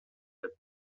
деп